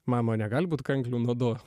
mama negali būt kanklių nuodu